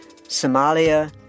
Somalia